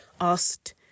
asked